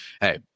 hey